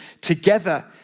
together